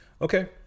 Okay